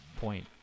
point